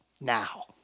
now